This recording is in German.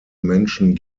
menschen